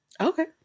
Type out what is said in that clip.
Okay